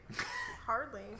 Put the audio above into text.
Hardly